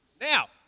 Now